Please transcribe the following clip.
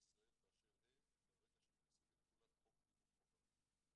ישראל באשר הם ברגע שהם נכנסים לתחולת חוק חינוך חובה.